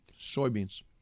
Soybeans